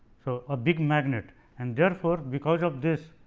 so, a big magnet and there for because of this